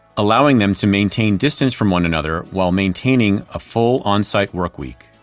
allowing them to maintain distance from one another while maintaining a full onsite workweek